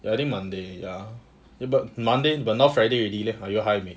the early monday ya eh but monday but now friday already leh are you high mate